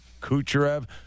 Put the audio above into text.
Kucherov